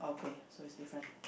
okay so it's different